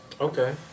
Okay